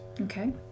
Okay